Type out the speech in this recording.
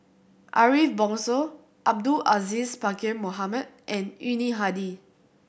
Ariff Bongso Abdul Aziz Pakkeer Mohamed and Yuni Hadi